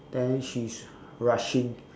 then she's rushing